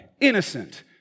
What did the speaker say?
innocent